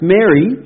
Mary